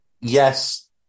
yes